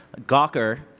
Gawker